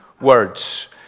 words